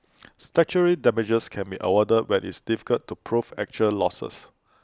statutory damages can be awarded when is difficult to prove actual losses